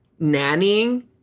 nannying